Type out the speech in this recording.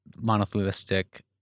monotheistic